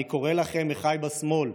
אני קורא לכם, אחיי בשמאל: